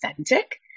authentic